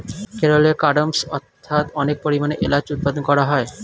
কেরলে কার্ডমমস্ অর্থাৎ অনেক পরিমাণে এলাচ উৎপাদন করা হয়